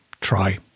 try